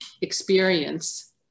experience